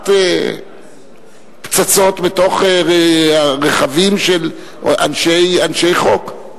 הטמנת פצצות בתוך רכבים של אנשי חוק.